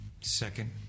Second